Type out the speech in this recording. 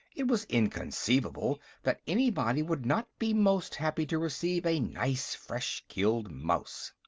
it was inconceivable that anybody would not be most happy to receive a nice fresh-killed mouse.